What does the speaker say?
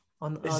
On